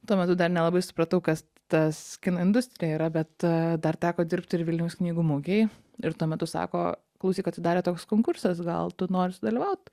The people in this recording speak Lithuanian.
tuo metu dar nelabai supratau kas tas kino industrija yra bet dar teko dirbt ir vilniaus knygų mugėj ir tuo metu sako klausyk atsidarė toks konkursas gal tu nori sudalyvaut